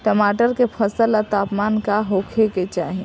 टमाटर के फसल ला तापमान का होखे के चाही?